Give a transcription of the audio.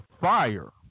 fire